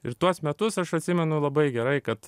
ir tuos metus aš atsimenu labai gerai kad